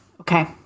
Okay